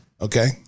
Okay